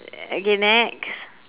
okay next